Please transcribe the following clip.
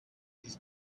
his